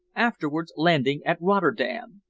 afterwards landing at rotterdam.